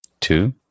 Two